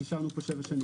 זה הופך את שבע השנים